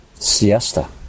siesta